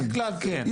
בדרך כלל כן.